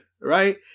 right